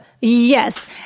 Yes